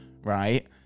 right